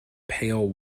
pail